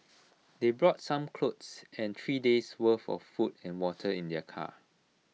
they brought some clothes and three days' worth of food and water in their car